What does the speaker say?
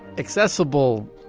accessible